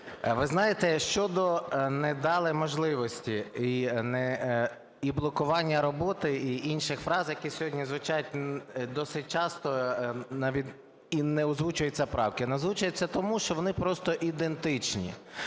ви знаєте, щодо не дали можливості і блокування роботи, і інших фраз, які сьогодні звучать досить часто, і не озвучуються правки. Не озвучуються, тому, що вони просто ідентичні.